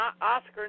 Oscar